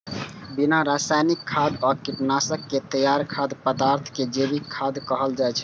बिना रासायनिक खाद आ कीटनाशक के तैयार खाद्य पदार्थ कें जैविक खाद्य कहल जाइ छै